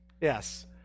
Yes